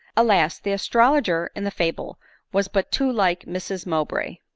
alas! the astrologer in the fable was but too like mrs mowbray!